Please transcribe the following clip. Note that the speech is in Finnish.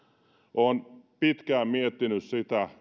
olen pitkään miettinyt sitä